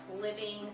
living